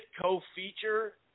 co-feature